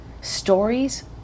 Stories